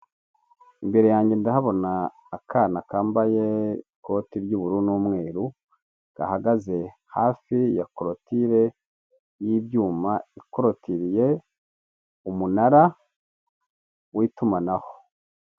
Imbere yanjye ndahabona akana kambaye ikoti ry'ubururu n'umweru gahagaze hafi ya koroture y'ibyuma ikotiriye umunara w'itumanaho.